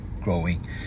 growing